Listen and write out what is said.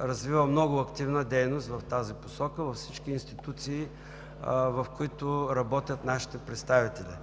развива много активна дейност в тази посока във всички институции, в които работят нашите представители.